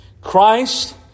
Christ